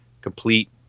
complete